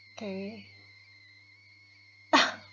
Okay